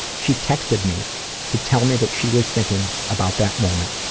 she texted me to tell me that she was thinking about that moment,